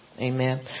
Amen